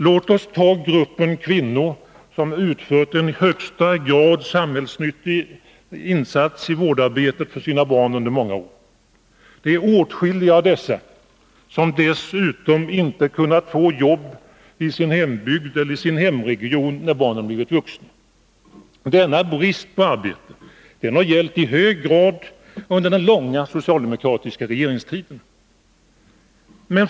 Låt oss ta gruppen kvinnor som utfört den i högsta grad samhällsnyttiga insatsen i vårdarbetet för sina barn under många år. Åtskilliga av dessa har inte kunnat få jobb i sin hembygd eller hemregion när barnen blivit vuxna. Denna brist på arbete har i hög grad gällt den långa socialdemokratiska regeringstiden.